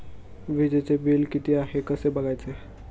वीजचे बिल किती आहे कसे बघायचे?